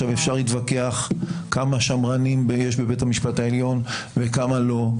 אפשר להתווכח כמה שמרנים יש בבית המשפט העליון וכמה לא,